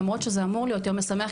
למרות שזה אמור להיות יום משמח,